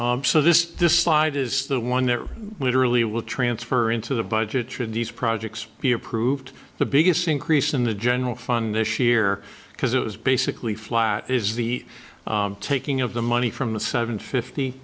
martha so this slide is the one they're literally will transfer into the budget should the projects be approved the biggest increase in the general fund this year because it was basically flat is the taking of the money from the seven fifty